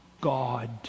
God